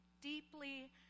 deeply